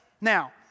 Now